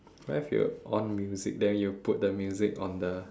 what if you on music then you put the music on the